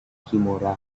kimura